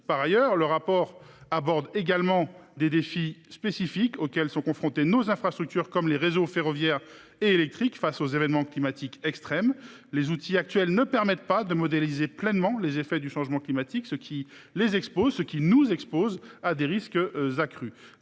Par ailleurs, le rapport aborde les défis spécifiques auxquels sont confrontées nos infrastructures, comme les réseaux ferroviaire et électrique, notamment les événements climatiques extrêmes. Les outils actuels ne permettent pas de modéliser pleinement les effets du changement climatique, ce qui les expose, ce qui nous expose, à des risques accrus.